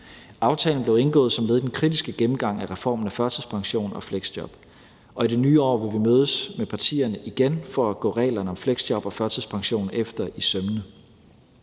Aftalen blev indgået som led i den kritiske gennemgang af reformen af førtidspension og fleksjob, og i det nye år vil vi mødes med partierne igen for at gå reglerne om fleksjob og førtidspension efter i sømmene.